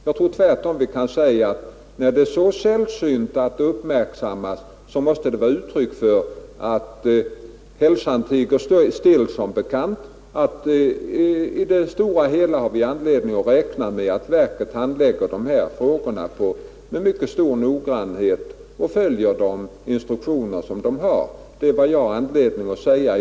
Tvärtom tror jag man kan säga, att när förhållandena uppmärksammas så sällan som fallet är, så måste det vara ett uttryck för att ”hälsan tiger still”, att man i det stora hela har anledning räkna med att verket handlägger dessa frågor med mycket stor noggrannhet och följer gällande instruktioner. Detta är vad jag har anledning säga i dag.